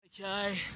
Okay